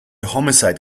homicide